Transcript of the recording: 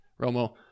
Romo